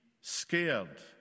scared